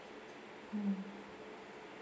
mm